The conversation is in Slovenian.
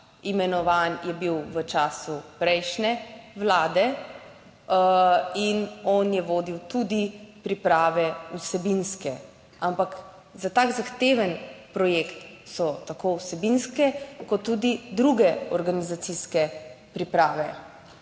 imenovan je bil v času prejšnje vlade in on je vodil tudi priprave, vsebinske. Ampak za tako zahteven projekt so tako vsebinske kot tudi druge organizacijske priprave.